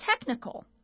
technical